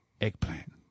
eggplant